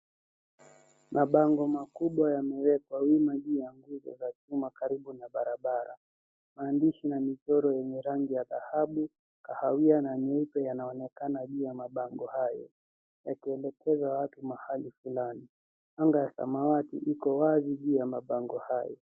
Mabango makubwa yamewekwa wima juu ya nguzo za chuma karibu na barabara. Maandishi na michoro yenye rangi ya dhahabu, kahawia na nyeupe yanaonekana juu ya mabango hayo yakielekeza watu mahali fulani. Anga ya samawati liko wazi juu ya mabango hayo.